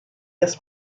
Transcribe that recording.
his